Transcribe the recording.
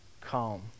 calm